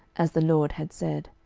as the lord had said.